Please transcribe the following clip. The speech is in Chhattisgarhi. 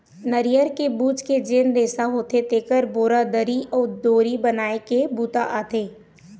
नरियर के बूच के जेन रेसा होथे तेखर बोरा, दरी अउ डोरी बनाए के बूता आथे